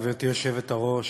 גברתי היושבת-ראש,